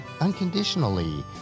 unconditionally